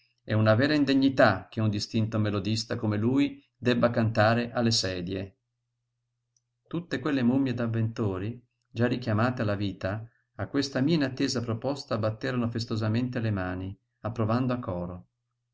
è una vera indegnità che un distinto melodista come lui debba cantare alle sedie tutte quelle mummie d'avventori già richiamate alla vita a questa mia inattesa proposta batterono festosamente le mani approvando a coro